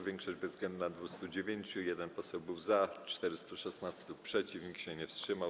Większość bezwzględna - 209. 1 poseł był za, 416 - przeciw, nikt się nie wstrzymał.